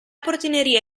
portineria